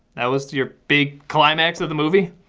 that was your big climax of the movie?